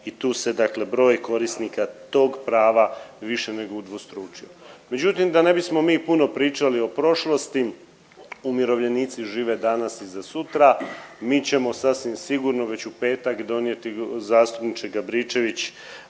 i tu se dakle broj korisnika tog prava više nego udvostručio. Međutim, da ne bismo mi puno pričali o prošlosti, umirovljenici žive danas za sutra, mi ćemo sasvim sigurno već u petak donijeti zastupniče Gabričević